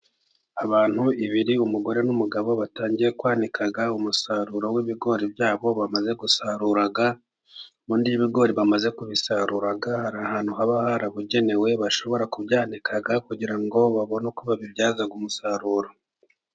Abantu babiri umugore, n'umugabo batangiye kwanika umusaruro w'ibigori byabo bamaze gusarura, ubundi iyo ibigori bamaze kubisarura hari ahantu haba harabugenewe bashobora kubyandika, kugira ngo babone uko babibyaza umusaruro.